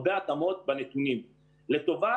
להם כל סיבה לרמות את המדינה והם פשוט לוקחים